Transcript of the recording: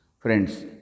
Friends